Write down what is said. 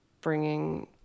bringing